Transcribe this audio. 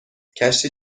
کشتی